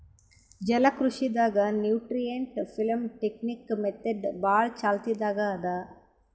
ಜಲಕೃಷಿ ದಾಗ್ nutrient film technique method ಭಾಳ್ ಚಾಲ್ತಿದಾಗ್ ಅದಾ